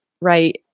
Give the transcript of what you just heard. right